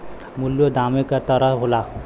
मूल्यों दामे क तरह होला